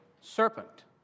serpent